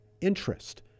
interest